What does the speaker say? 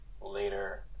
Later